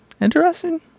interesting